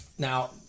Now